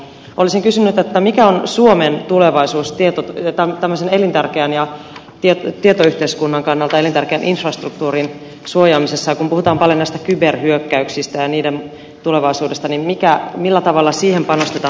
olisin kysynyt mikä on suomen tulevaisuus tämmöisen tietoyhteiskunnan kannalta elintärkeän infrastruktuurin suojaamisessa kun puhutaan paljon näistä kyberhyökkäyksistä ja niiden tulevaisuudesta millä tavalla siihen panostetaan